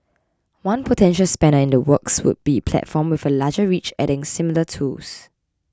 one potential spanner in the works would be platform with a larger reach adding similar tools